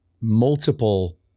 Multiple